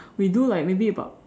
we do like maybe about